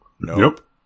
nope